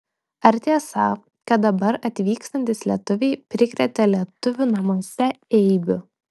ar tiesa kad dabar atvykstantys lietuviai prikrėtė lietuvių namuose eibių